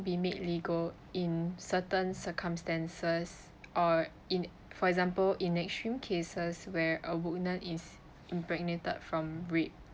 be made legal in certain circumstances or in for example in extreme cases where a woman is impregnated from rape